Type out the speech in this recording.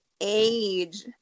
age